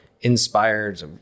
inspired